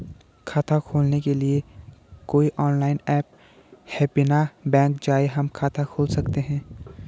खाता खोलने के लिए कोई ऑनलाइन ऐप है बिना बैंक जाये हम खाता खोल सकते हैं?